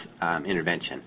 intervention